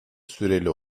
süreli